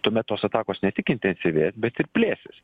tuomet tos atakos ne tik intensyvės bet ir plėsis